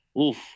oof